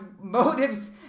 motives